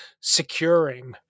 securing